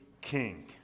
king